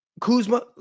Kuzma